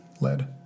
led